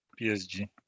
PSG